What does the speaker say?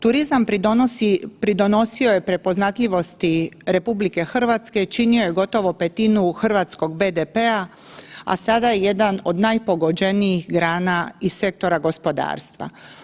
Turizam pridonosi, pridonosio je prepoznatljivosti RH, činio je gotovo petinu hrvatskog BDP-a, a sada je jedan od najpogođenijih grana i sektora gospodarstva.